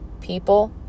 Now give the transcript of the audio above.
People